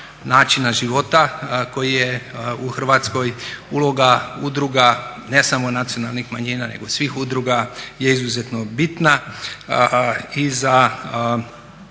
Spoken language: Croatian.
načina života koji je u Hrvatskoj uloga udruga ne samo nacionalnih manjina, nego svih udruga je izuzetno bitna i za